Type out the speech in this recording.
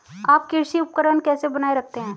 आप कृषि उपकरण कैसे बनाए रखते हैं?